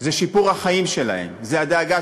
זה שיפור החיים שלהם, זה הדאגה